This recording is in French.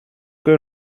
que